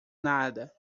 nada